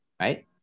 Right